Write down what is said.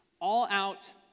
All-out